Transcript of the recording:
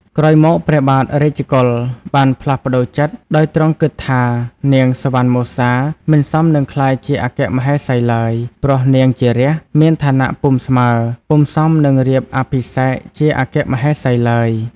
ក្រោយមក ព្រះបាទរាជកុល បានផ្លាស់ប្ដូរចិត្ត ដោយទ្រង់គិតថា នាងសុវណ្ណមសា មិនសមនឹងក្លាយជាអគ្គមហេសីឡើយ ព្រោះនាងជារាស្ត្រ មានឋានៈពុំស្មើ ពុំសមនឹងរៀបអភិសេកជាអគ្គមហេសីឡើយ។